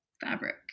fabric